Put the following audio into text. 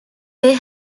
they